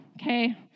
okay